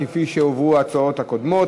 כפי שהועברו ההצעות הקודמות.